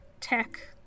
tech